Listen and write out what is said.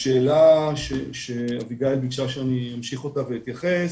השאלה שאביגיל ביקשה שאמשיך אותה ואתייחס,